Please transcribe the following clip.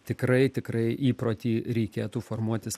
tikrai tikrai įprotį reikėtų formuotis